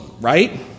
right